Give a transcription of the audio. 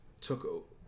took